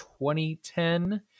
2010